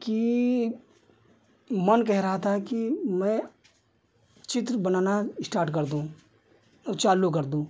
कि मन कह रहा था कि मैं चित्र बनाना स्टार्ट कर दूँ चालू कर दूँ